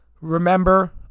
Remember